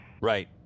Right